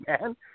man